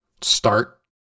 start